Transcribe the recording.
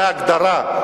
בהגדרה.